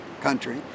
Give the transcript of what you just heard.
country